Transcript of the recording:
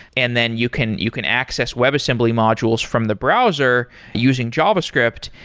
and then you can you can access web assembly modules from the browser using javascript,